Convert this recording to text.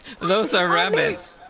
those iraqis